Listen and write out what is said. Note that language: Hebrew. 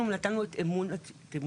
אנחנו נתנו את אמוננו